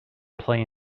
play